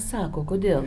sako kodėl